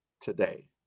today